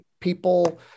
people